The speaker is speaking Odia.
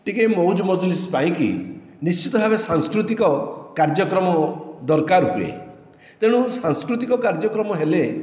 ଟିକିଏ ମଉଜ ମଜଲିସ୍ ପାଇଁ ନିଶ୍ଚିତ ଭାବେ ସାଂସ୍କୃତିକ କାର୍ଯ୍ୟକ୍ରମ ଦରକାର ହୁଏ ତେଣୁ ସାଂସ୍କୃତିକ କାର୍ଯ୍ୟକ୍ରମ ହେଲେ